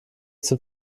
zum